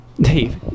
Dave